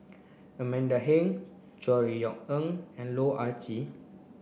Amanda Heng Chor Yeok Eng and Loh Ah Gee